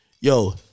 Yo